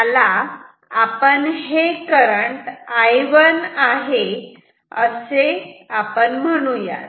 याला आपण हे करंट I1 आहे असे आपण म्हणू